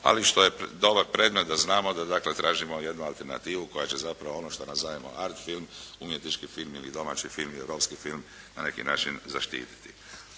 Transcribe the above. ali što je dobar predmet da znamo da dakle tražimo jednu alternativu koja će zapravo ono što nas zanima art film, umjetnički film, domaći film i europski film na neki način zaštititi.